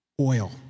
Oil